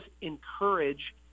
encourage